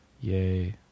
Yay